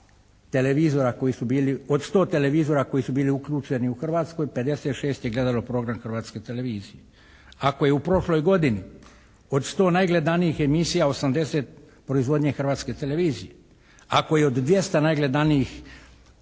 televizora koji su bili, od 100 televizora koji su bili uključeni u Hrvatskoj 56 je gledalo program Hrvatske televizije. Ako je u prošloj godini od 100 najgledanijih emisija 80 proizvodnje Hrvatske televizije, ako je od 200 najgledanijih